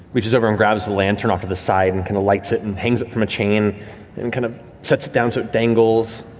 reaches over and grabs the lantern off to the side and lights it and hangs it from a chain and kind of sets it down so it dangles.